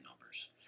numbers